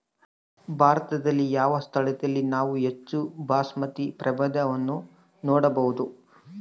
ಭಾರತದಲ್ಲಿ ಯಾವ ಸ್ಥಳದಲ್ಲಿ ನಾವು ಹೆಚ್ಚು ಬಾಸ್ಮತಿ ಪ್ರಭೇದವನ್ನು ನೋಡಬಹುದು?